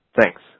Thanks